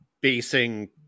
basing